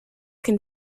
can